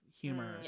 humor